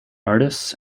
artists